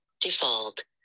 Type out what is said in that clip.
default